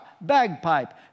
bagpipe